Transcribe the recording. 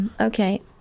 okay